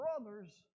brothers